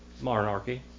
monarchy